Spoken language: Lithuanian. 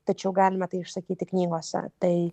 tačiau galime tai išsakyti knygose tai